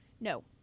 No